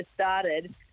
started